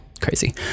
crazy